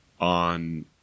on